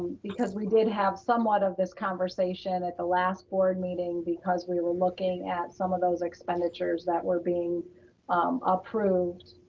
because we did have somewhat of this conversation at the last board meeting, because we were looking at some of those expenditures that were being approved